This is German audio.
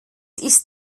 ist